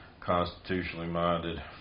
constitutionally-minded